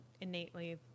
innately